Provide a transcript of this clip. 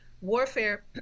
warfare